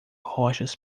rochas